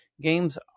games